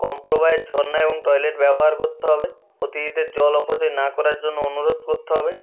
কম প্রবাহের ঝরনা এবং টয়লেট ব্যবহার করতে হবে অতিথিদের জল অপচয় না করার জন্য অনুরোধ করতে হবে